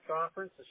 Conference